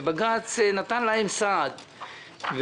ובג"צ נתן להם סעד,